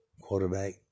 quarterback